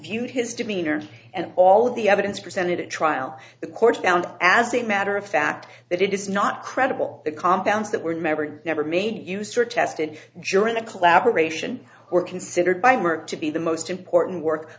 viewed his demeanor and all the evidence presented at trial the court found as a matter of fact that it is not credible the compounds that were never never made use or tested during the collaboration or considered by merck to be the most important work